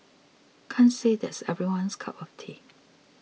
can't say that's everyone's cup of tea